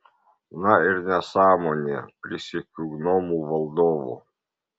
na ir nesąmonė prisiekiu gnomų valdovu